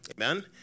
amen